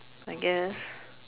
I guess